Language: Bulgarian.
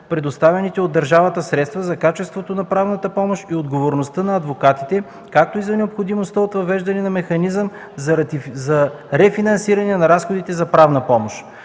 предоставените от държавата средства, за качеството на правната помощ и отговорността на адвокатите, както и за необходимостта от въвеждане на механизъм за рефинансиране на разходите за правна помощ.